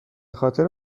خاطر